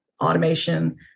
automation